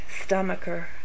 stomacher